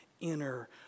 inner